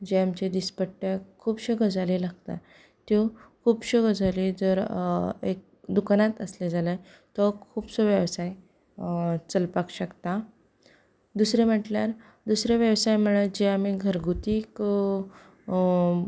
जें आमच्या दिसपट्ट्या खुबश्यो गजाली लागता त्यो खुबशो गजाली जर एक दुकानांत आसल्यो जाल्यार तो खुबसो वेवसाय चलपाक शकता दुसरें म्हणल्यार दुसरें वेवसाय म्हणल्यार जें आमी घरगुती